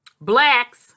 blacks